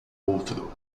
outro